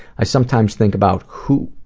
i sometimes think about who,